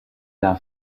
d’un